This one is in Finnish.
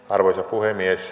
arvoisa puhemies